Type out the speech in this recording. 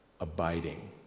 abiding